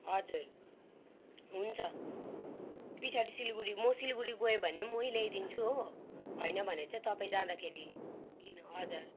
हजुर हुन्छ पछाडि सिलगढी म सिलगढी गएँ भने म नै ल्याइदिन्छु हो होइन भने चाहिँ तपाईँ जाँदाखेरि किन्नु हजुर